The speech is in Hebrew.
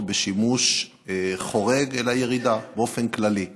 בשימוש חורג אלא ירידה באופן כללי.